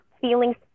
feelings